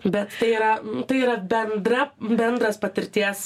bet tai yra tai yra bendra bendras patirties